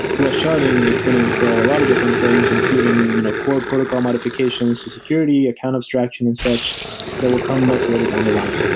whereas sharding, it's going to entail a lot of different things including you know core protocol modifications to security, account abstraction and such that will come much later down the line.